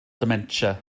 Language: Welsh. dementia